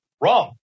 Wrong